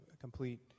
complete